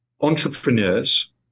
entrepreneurs